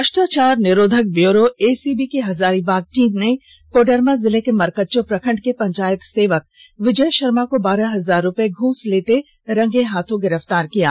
भ्रष्टाचार निरोधक bureau ACB की हजारीबाग टीम ने कोडरमा जिले के मरकच्चो प्रखंड के पंचायत सेवक विजय शर्मा को बारह हजार रुपए घुस लेते रंगेहाथ गिरफ्तार किया है